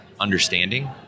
understanding